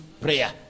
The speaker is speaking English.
Prayer